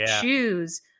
choose